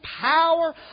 power